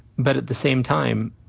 but at the same time,